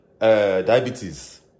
diabetes